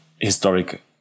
historic